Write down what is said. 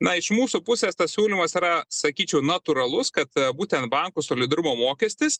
na iš mūsų pusės tas siūlymas yra sakyčiau natūralus kad būtent bankų solidarumo mokestis